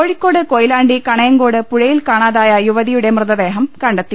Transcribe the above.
കോഴിക്കോട് കൊയിലാണ്ടി കണയങ്കോട് പുഴയിൽ കാണാതായ യുവതിയുടെ മൃതദേഹം കണ്ടെത്തി